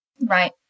Right